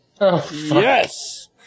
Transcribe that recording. Yes